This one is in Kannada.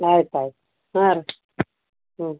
ಆಯ್ತು ಆಯ್ತು ಹಾಂ ರೀ ಹ್ಞೂ